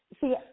See